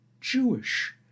Jewish